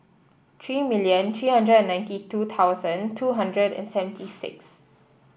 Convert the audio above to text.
three million three hundred and ninety two thousand two hundred and seventy six